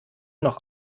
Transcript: noch